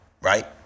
Right